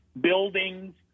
buildings